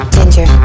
Ginger